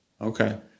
Okay